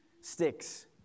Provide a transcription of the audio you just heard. sticks